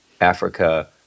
Africa